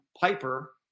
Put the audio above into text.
Piper